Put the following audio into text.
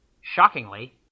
Shockingly